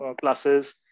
classes